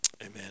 Amen